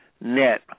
net